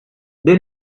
they